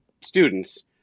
students